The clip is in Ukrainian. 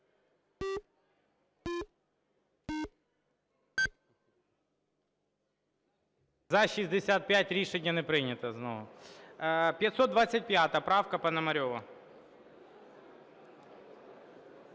За-65 Рішення не прийнято знову. 525 правка Пономарьова.